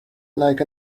like